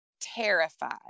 terrified